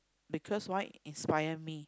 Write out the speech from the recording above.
because right inspire me